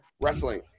Wrestling